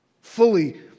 fully